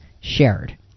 shared